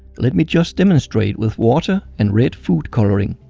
let me just demonstrate with water and red food coloring.